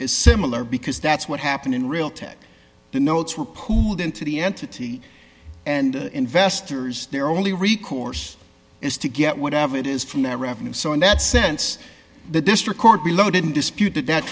is similar because that's what happened in real tech the notes were pooled into the entity and investors their only recourse is to get whatever it is from their revenue so in that sense the district court below didn't dispute that that